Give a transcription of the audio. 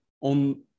on